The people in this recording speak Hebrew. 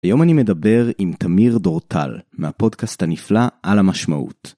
היום אני מדבר עם תמיר דורטל מהפודקאסט הנפלא "על המשמעות".